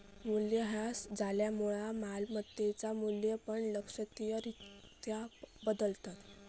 मूल्यह्रास झाल्यामुळा मालमत्तेचा मू्ल्य पण लक्षणीय रित्या बदलता